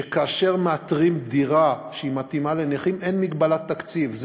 היא שכאשר מאתרים דירה שמתאימה לנכים אין מגבלת תקציב,